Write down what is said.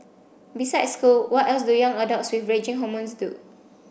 besides school what else do young adults with raging hormones do